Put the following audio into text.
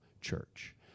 church